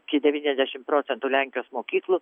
ki devyniasdešim procentų lenkijos mokyklų